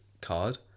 card